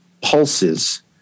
pulses